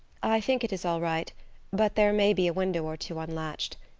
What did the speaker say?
think it is all right but there may be a window or two unlatched.